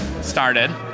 started